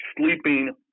sleeping